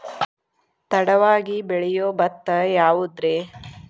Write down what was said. ತಡವಾಗಿ ಬೆಳಿಯೊ ಭತ್ತ ಯಾವುದ್ರೇ?